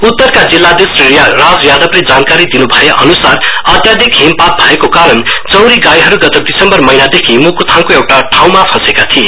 उत्तरका जिल्लाधीश श्री राज यादवले जानकारी दीनुभए अनुसार अत्याधिक हिमपात भएको कारण चौंरी गाईहरू गत दिसम्बर महिनादेखि मुकुथाङको एउटा ठाँउमा फँसेका थिए